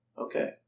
Okay